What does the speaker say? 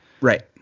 Right